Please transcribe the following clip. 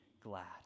glad